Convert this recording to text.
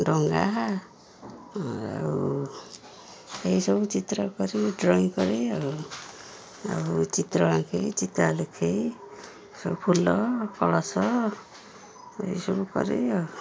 ଡଙ୍ଗା ଆଉ ଏସବୁ ଚିତ୍ର କରି ଡ୍ରଇଂ କରେ ଆଉ ଆଉ ଚିତ୍ର ଆଙ୍କେଇ ଚିତା ଲେଖେଇ ସବୁ ଫୁଲ କଳସ ଏସବୁ କରେ ଆଉ